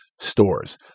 stores